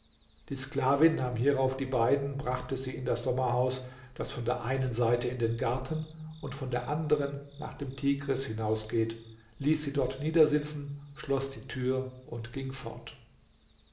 die sklavin nahm hierauf die beiden brachte sie in das sommerhaus das von der einen seite in den garten und von der anderen nach dem tigris hinausgeht ließ sie dort niedersitzen schloß die tür und ging fort